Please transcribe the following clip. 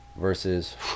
versus